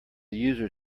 user